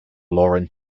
lauren